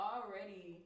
Already